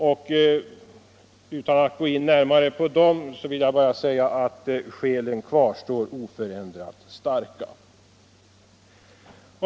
De är — jag säger det utan att gå närmare in på dem — oförändrat starka.